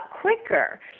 quicker